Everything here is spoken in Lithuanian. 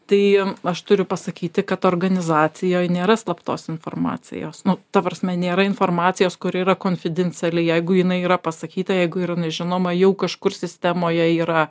tai aš turiu pasakyti kad organizacijoj nėra slaptos informacijos nu ta prasme nėra informacijos kuri yra konfidenciali jeigu jinai yra pasakyta jeigu yra nežinoma jau kažkur sistemoje yra